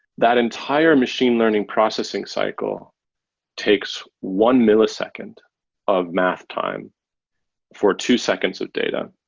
that entire machine learning processing cycle takes one millisecond of math time for two seconds of data.